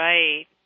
Right